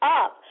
up